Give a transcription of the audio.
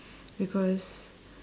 because